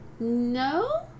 No